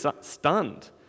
stunned